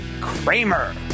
Kramer